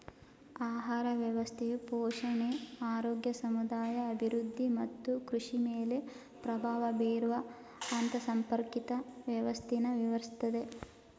ಆಹಾರ ವ್ಯವಸ್ಥೆಯು ಪೋಷಣೆ ಆರೋಗ್ಯ ಸಮುದಾಯ ಅಭಿವೃದ್ಧಿ ಮತ್ತು ಕೃಷಿಮೇಲೆ ಪ್ರಭಾವ ಬೀರುವ ಅಂತರ್ಸಂಪರ್ಕಿತ ವ್ಯವಸ್ಥೆನ ವಿವರಿಸ್ತದೆ